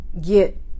get